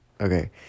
okay